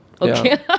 Okay